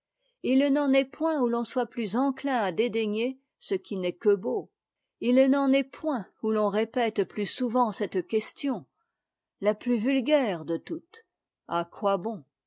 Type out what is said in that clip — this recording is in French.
il n'en est point où l'on soit plus enclin à dédaigner ce qui n'est que beau il n'en est point où l'on répète plus souvent cette question la plus vulgaire de toutes quoi bon